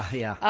ah yeah.